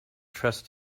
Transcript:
trust